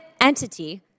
entity